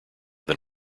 than